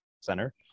center